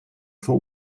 for